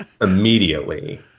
immediately